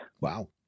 Wow